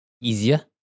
easier